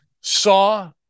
saw